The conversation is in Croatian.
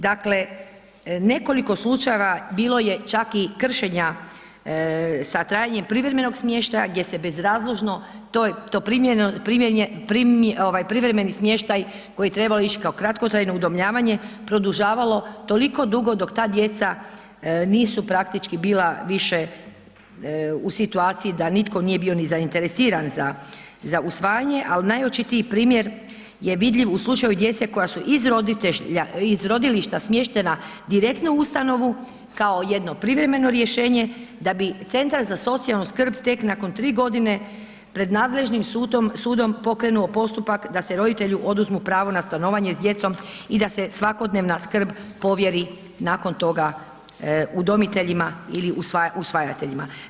Dakle, nekoliko slučajeva bilo čak i kršenja sa trajanjem privremenog smještaja gdje se bezrazložno taj privremeni smještaj koji je trebao ići kao kratkotrajno udomljavanje, produžavalo toliko dugo dok ta djeca nosu praktički bila više u situaciji da nitko nije bio ni zainteresiran za usvajanje ali najočitiji primjer je vidljiv u slučaju djece koja su iz rodilišta smještena direktno u ustanovu kao jedno privremeno rješenje da bi CZSS tek nakon 3 g. pred nadležnim sudom pokrenuo postupak da se roditelju oduzmu pravo na stanovanje s djecom i da se svakodnevna skrb provjeri, nakon toga udomiteljima ili usvojiteljima.